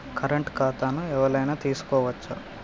Current ఖాతాను ఎవలైనా తీసుకోవచ్చా?